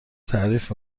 تعریف